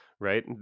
right